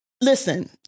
Listen